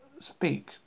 speak